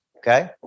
Okay